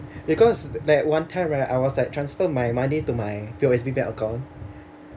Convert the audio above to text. because like one time right I was like transfer my money to my P_O_S_B bank account